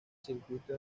circuito